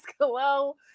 Hello